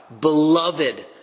beloved